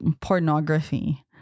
Pornography